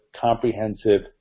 comprehensive